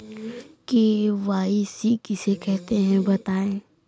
KYC किसे कहते हैं बताएँ?